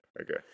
Okay